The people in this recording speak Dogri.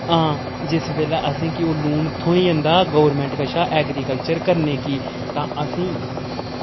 हां जिस बेल्लै असें गी ओह् लोन थ्होई जंदा गौरमैंट कशा ऐग्रीकल्चर करने गी तां असें ई